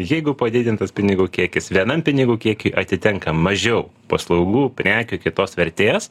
jeigu padidintas pinigų kiekis vienam pinigų kiekį atitenka mažiau paslaugų prekių kitos vertės